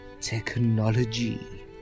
Technology